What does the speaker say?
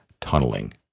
tunneling